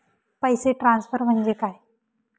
पैसे ट्रान्सफर म्हणजे काय?